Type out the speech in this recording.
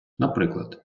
наприклад